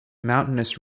mountainous